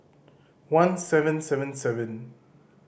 one seven seven seven